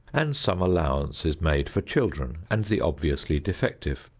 and some allowance is made for children and the obviously defective.